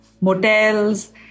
motels